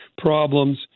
problems